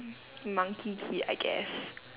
monkey kid I guess